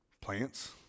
Plants